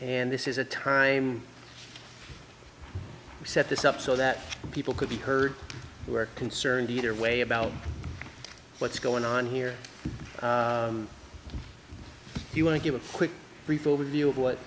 and this is a time to set this up so that people could be heard who are concerned either way about what's going on here you want to give a quick brief overview of what